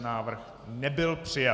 Návrh nebyl přijat.